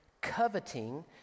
coveting